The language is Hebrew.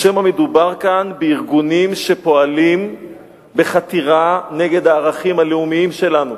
או שמא מדובר כאן בארגונים שפועלים בחתירה נגד הערכים הלאומיים שלנו?